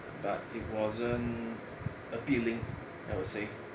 but it wasn't appealing I will say